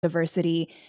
Diversity